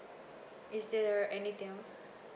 is there anything else